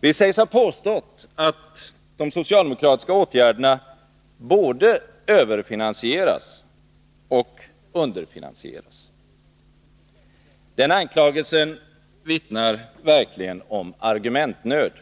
Vi sägs ha påstått att de socialdemokratiska åtgärderna både överfinansieras och underfinansieras. Den anklagelsen vittnar verkligen om argumentnöd.